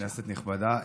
כנסת נכבדה,